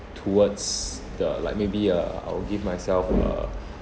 towards the like maybe uh I'll give myself uh